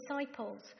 disciples